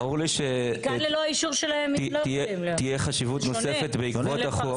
ברור לי שתהיה חשיבות נוספת בעקבות החוק.